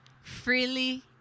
freely